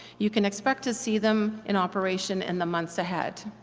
you can expect to see them in operation in the months ahead.